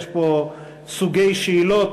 יש פה סוגי שאלות.